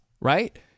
right